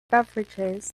beverages